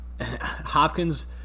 Hopkins